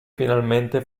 finalmente